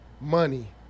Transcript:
Money